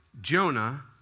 Jonah